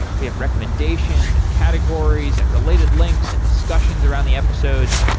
we have recommendations and categories and related links and discussions around the episodes.